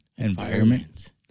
Environment